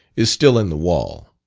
is still in the wall.